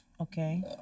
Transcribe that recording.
Okay